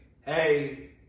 hey